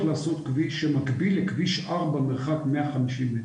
לעשות כביש שהוא מקביל לכביש ארבע בכ-150 מטר.